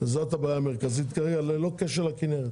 זאת הבעיה המרכזית כרגע ללא קשר לכנרת.